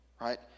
right